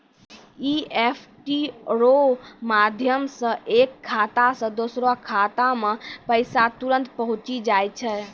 EFT रो माध्यम से एक खाता से दोसरो खातामे पैसा तुरंत पहुंचि जाय छै